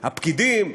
הפקידים,